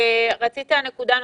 רצית להעלות נקודה נוספת.